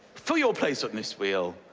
for your place on this wheel,